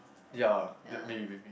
ya that maybe maybe